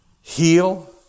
heal